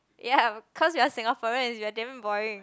ya cause we're Singaporeans we are damn boring